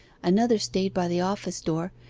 another stayed by the office door,